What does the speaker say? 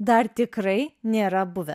dar tikrai nėra buvę